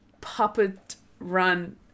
puppet-run